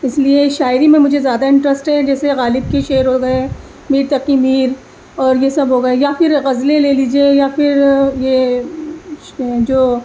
اس لیے شاعری میں مجھے زیادہ انٹرسٹ ہے جیسے غالب کی شعر ہو گئے میر تقی میر اور یہ سب ہو گئے یا پھر غزلیں لے لیجیے یا پھر یہ جو